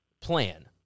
plan